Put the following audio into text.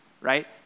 right